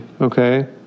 okay